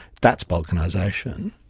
that's balkanisation.